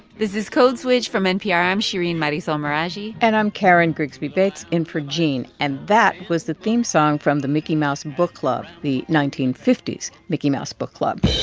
this is code switch from npr. i'm shereen marisol meraji and i'm karen grigsby bates, in for gene. and that was the theme song from the mickey mouse book club the nineteen fifty s mickey mouse book club